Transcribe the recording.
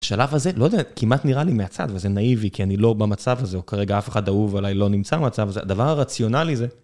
שלב הזה, לא יודע, כמעט נראה לי מהצד, וזה נאיבי, כי אני לא במצב הזה, או כרגע אף אחד אהוב עלי לא נמצא במצב הזה, הדבר הרציונלי זה.